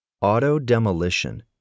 Auto-demolition